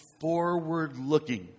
forward-looking